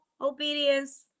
obedience